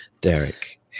Derek